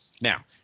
Now